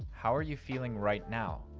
how are you feeling right now?